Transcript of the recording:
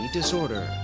Disorder